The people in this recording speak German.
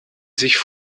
sich